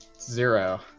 zero